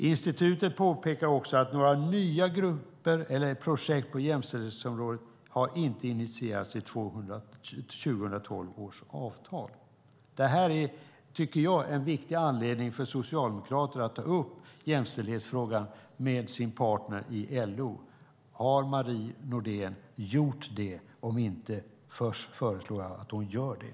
Institutet påpekar också att några nya grupper eller projekt på jämställdhetsområdet inte har initierats i 2012 års avtal. Detta tycker jag är en viktig anledning för Socialdemokraterna att ta upp jämställdhetsfrågan med sin partner i LO. Har Marie Nordén gjort det? Om hon inte har gjort det föreslår jag att hon gör det.